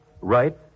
right